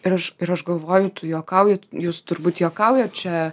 ir aš ir aš galvoju tu juokauji jūs turbūt juokaujat čia